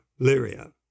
Lyria